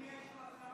אם כך,